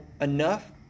enough